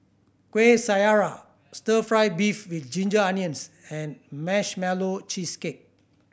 Kueh Syara Stir Fry beef with ginger onions and Marshmallow Cheesecake